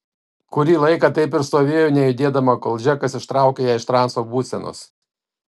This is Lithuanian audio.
kurį laiką taip ir stovėjo nejudėdama kol džekas ištraukė ją iš transo būsenos